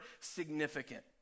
significant